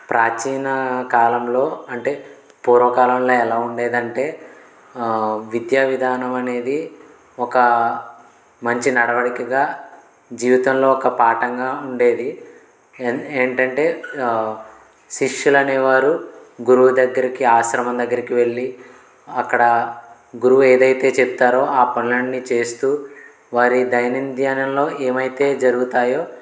ప్రాచీన కాలంలో అంటే పూర్వకాలంలో ఎలా ఉండేదంటే విద్యా విధానం అనేది ఒక మంచి నడవడికగా జీవితంలో ఒక పాటంగా ఉండేది ఎన్ ఏంటంటే శిష్యులు అనేవారు గురువు దగ్గరికి ఆశ్రమం దగ్గరికి వెళ్లి అక్కడ గురువు ఏదైతే చెప్తారో ఆ పనులన్నీ చేస్తూ వారి దైన్యధ్యానంలో ఏమైతే జరుగుతాయో